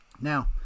Now